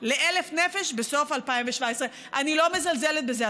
ל-1,000 נפש בסוף 2017. אני לא מזלזלת בזה,